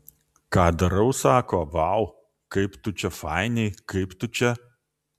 ką darau sako vau kaip tu čia fainiai kaip tu čia